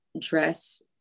dress